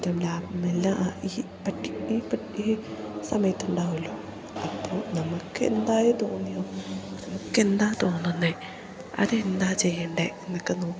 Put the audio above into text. നഷ്ടം ലാഭം എല്ലാം ഈ പറ്റി ഈ സമയത്തുണ്ടാവുമല്ലോ അപ്പോൾ നമുക്കെന്തായി തോന്നിയോ നമുക്കെന്താ തോന്നുന്നത് അതെന്താ ചെയ്യണ്ടത് എന്നൊക്കെ നോക്കി